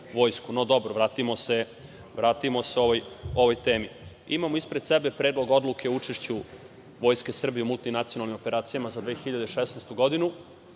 No, dobro, vratimo se ovoj temi. Imamo ispred sebe Predlog odluke o učešću Vojske Srbije u multinacionalnim operacijama za 2016. godinu